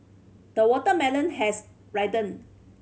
the watermelon has ripened